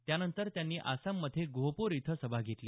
त्यानंतर त्यांनी आसाममध्ये गोहपुर इथं सभा घेतली